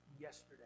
yesterday